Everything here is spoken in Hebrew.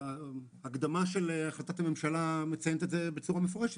ההקדמה של החלטת הממשלה מציינת את זה בצורה מפורשת: